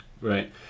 Right